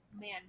man